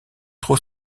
trop